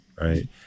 Right